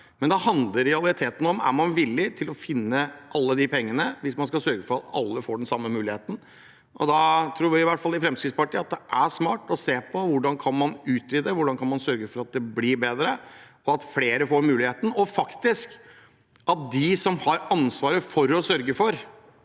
Men det handler i realiteten om hvorvidt man er villig til å finne alle de pengene – for å sørge for at alle får den samme muligheten. Da tror i hvert fall vi i Fremskrittspartiet at det er smart å se på hvordan man kan utvide, hvordan man kan sørge for at det blir bedre, og at flere får muligheten, og at de som har ansvaret for at de